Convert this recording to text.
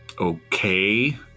Okay